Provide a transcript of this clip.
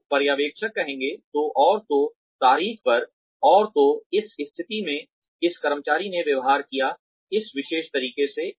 तो पर्यवेक्षक कहेंगे तो और तो तारीख पर और तो इस स्थिति में इस कर्मचारी ने व्यवहार किया इस विशेष तरीके से